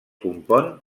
compon